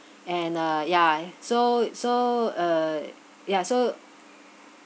and uh ya so so uh yeah so